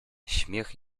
śmiech